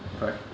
correct